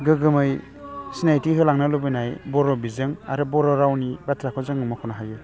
गोग्गोमै सिनायथि होलांनो लुबैनाय बर' बिजों आरो बर' रावनि बाथ्राखौ जोङो मख'नो हायो